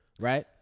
Right